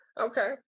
Okay